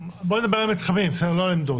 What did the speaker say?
נדבר על מתחמים, לא על עמדות.